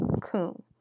coon